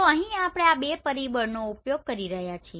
તો અહીં આપણે આ બે પરિબળનો ઉપયોગ કરી રહ્યા છીએ